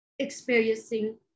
Experiencing